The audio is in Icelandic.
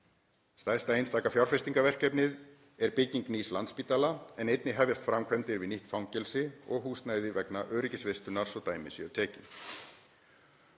Stærsta einstaka fjárfestingaverkefnið er bygging nýs Landspítala en einnig hefjast framkvæmdir við nýtt fangelsi og húsnæði vegna öryggisvistunar, svo dæmi séu tekin.